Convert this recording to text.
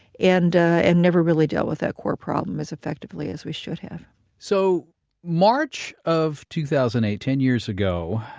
and and never really dealt with that core problem as effectively as we should have so march of two thousand and eight, ten years ago,